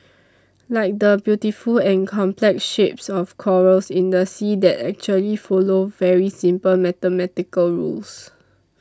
like the beautiful and complex shapes of corals in the sea that actually follow very simple mathematical rules